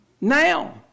Now